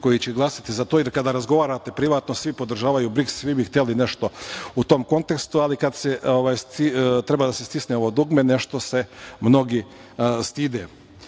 koji će glasati za to, jer kada razgovarate privatno, svi podržavaju BRIKS, svi bi hteli nešto u tom kontekstu, ali kada treba da se stisne ovo dugme, nešto se mnogi stide. Na